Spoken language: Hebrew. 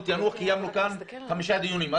קיימנו כאן חמישה דיונים על יאנוח.